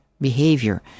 behavior